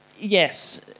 Yes